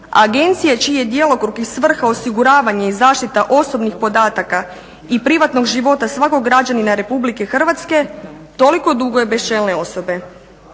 agencije čiji je djelokrug i svrha osiguravanje i zaštita osobnih podataka i privatnog života svakog građanina RH toliko dugo je bez čelne osobe.